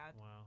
Wow